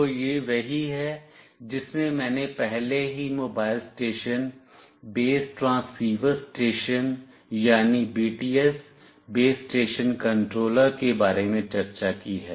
तो यह वही है जिसमें मैंने पहले ही mobile station base transceiver station यानी BTS बेस स्टेशन कंट्रोलर के बारे में चर्चा की है